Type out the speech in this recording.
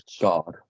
God